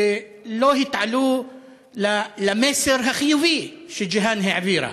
שלא התעלו למסר החיובי שגי'האן העבירה.